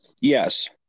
yes